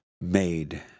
made